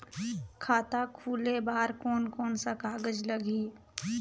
खाता खुले बार कोन कोन सा कागज़ लगही?